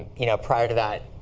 you know, prior to that,